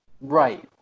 Right